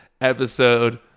episode